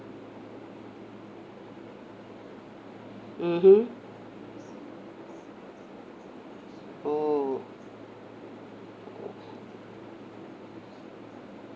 mmhmm oh